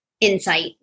insight